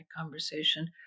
conversation